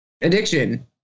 addiction